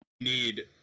need